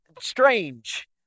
strange